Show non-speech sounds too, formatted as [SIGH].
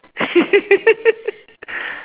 [LAUGHS]